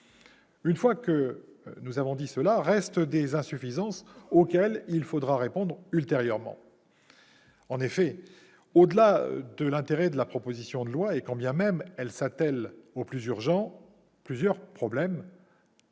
relevant du cycle de l'eau. Restent des insuffisances auxquelles il faudra répondre ultérieurement. En effet, au-delà de l'intérêt de cette proposition de loi, et quand bien même elle s'attelle au plus urgent, plusieurs problèmes demeurent,